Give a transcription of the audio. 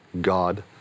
God